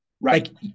Right